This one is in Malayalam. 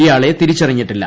ഇയാളെ തിരിച്ചറിഞ്ഞിട്ടില്ല